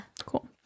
Cool